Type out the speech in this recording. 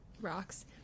Rocks